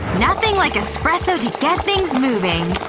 nothing like espresso to get things moving!